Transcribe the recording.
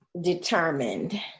Determined